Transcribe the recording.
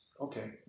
Okay